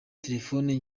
telefoni